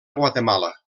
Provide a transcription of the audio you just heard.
guatemala